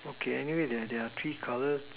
okay anyway there there are three colour